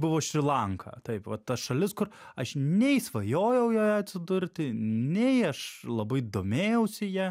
buvo šri lanka taip va ta šalis kur aš nei svajojau joje atsidurti nei aš labai domėjausi ja